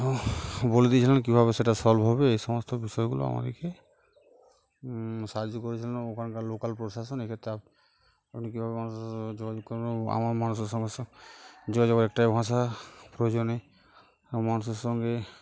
বলে দিয়েছিলেন কীভাবে সেটা সলভ হবে এই সমস্ত বিষয়গুলো আমাদেরকে সাহায্য করেছিলেন ওখানকার লোকাল প্রশাসন এক্ষেত্রে এনি কীভাবে মানুষের সঙ্গে যোগাযোগ করব আমার মানুষের সঙ্গে যোগাযোগ একটাই ভাষা প্রয়োজনে মানুষের সঙ্গে